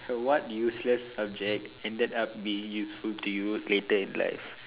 so what useless subject ended up being useful to you later in life